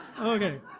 Okay